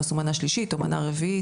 שלא עשו מנה שלישית או מנה רביעית.